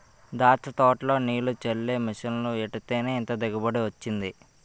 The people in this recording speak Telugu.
దాచ్చ తోటలో నీల్లు జల్లే మిసన్లు ఎట్టేత్తేనే ఇంత దిగుబడి వొచ్చింది